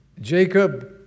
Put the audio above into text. Jacob